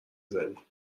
زنی